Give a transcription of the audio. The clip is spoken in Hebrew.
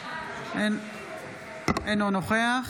אינו נוכח